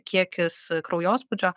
kiekis kraujospūdžio